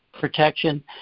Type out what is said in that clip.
protection